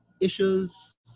issues